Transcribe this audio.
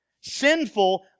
Sinful